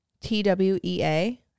T-W-E-A